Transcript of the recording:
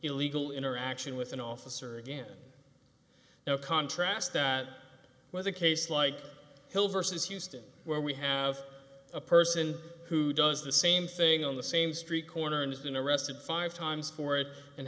illegal interaction with an officer again now contrast that with a case like hill versus houston where we have a person who does the same thing on the same street corner and has been arrested five times for it and